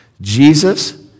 Jesus